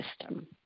system